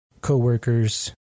coworkers